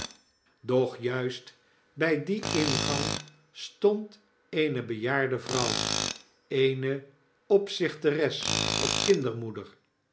doch juist by dien ingang stond eene bejaarde vrouw eene opzichteres of